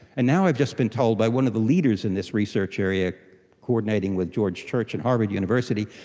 and now i've just been told by one of the leaders in this research area coordinating with george church in harvard university,